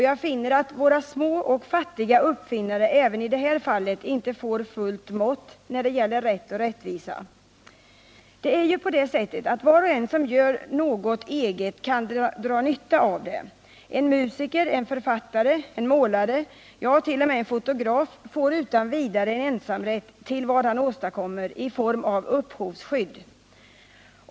Jag finner att våra små och fattiga uppfinnare även i det här fallet inte får fullt mått när det gäller rätt och rättvisa. Det är ju på det sättet att var och en som gör något eget kan dra nytta av det. En musiker, en författare, en målare, ja, t.o.m. en fotograf får utan vidare i form av upphovsskydd ensamrätt till vad han åstadkommer.